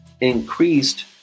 increased